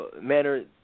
manner